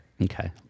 Okay